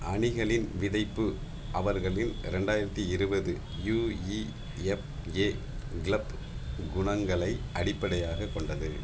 அணிகளின் விதைப்பு அவர்களின் ரெண்டாயிரத்தி இருபது யுஇஎஃப்ஏ கிளப் குணங்களை அடிப்படையாகக் கொண்டது